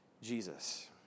Jesus